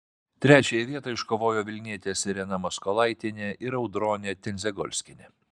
trečiąją vietą iškovojo vilnietės irena maskolaitienė ir audronė tendzegolskienė